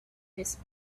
his